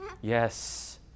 Yes